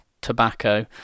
tobacco